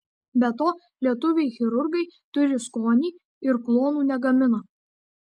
be to lietuviai chirurgai turi skonį ir klonų negamina